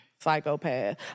psychopath